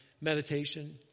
meditation